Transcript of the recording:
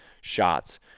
shots